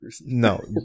no